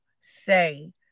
say